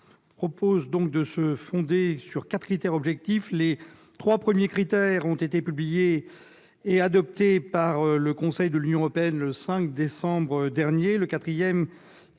l'action menée à ce titre sur quatre critères objectifs. Les trois premiers critères ont été publiés et adoptés par le Conseil de l'Union européenne le 5 décembre dernier. Plus ambitieux,